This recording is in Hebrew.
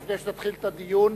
לפני שנתחיל את הדיון,